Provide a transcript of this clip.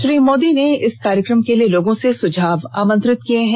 श्री मोदी ने इस कार्यक्र म के लिए लोगों से सुझाव आमंत्रित किये हैं